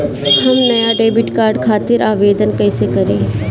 हम नया debit card खातिर आवेदन कईसे करी?